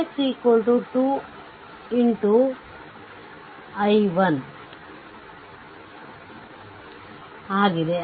ಆದ್ದರಿಂದ vx 2 ri1 ಆಗಿದೆ